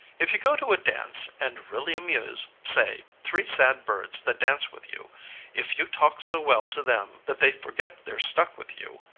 if you go to a dance and really amuse, say, three sad birds that dance with you if you talk so well to them that they forget they're stuck with you,